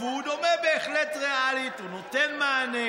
באיזה עמוד?